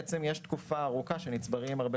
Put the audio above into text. בעצם יש תקופה ארוכה שבה נצברים הרבה